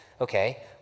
Okay